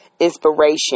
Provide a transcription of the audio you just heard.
inspiration